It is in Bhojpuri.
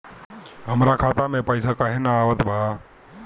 हमरा खाता में पइसा काहे ना आवत बा?